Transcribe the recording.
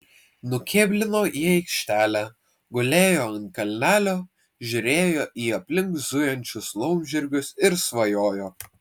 nukėblino į aikštelę gulėjo ant kalnelio žiūrėjo į aplink zujančius laumžirgius ir svajojo